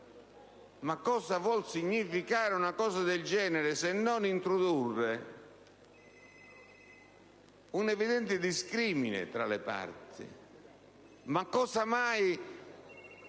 Ma cosa vuol significare una cosa del genere, se non introdurre un evidente discrimine tra le parti? Ma cosa mai